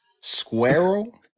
Squirrel